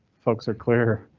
folks are clear.